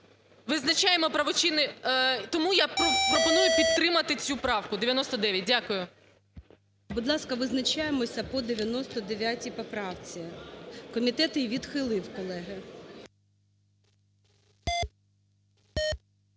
визначаємо правочини. Тому я пропоную підтримати цю правку 99. Дякую. ГОЛОВУЮЧИЙ. Будь ласка, визначаємося по 99 поправці. Комітет її відхилив, колеги.